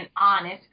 honest